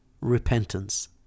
repentance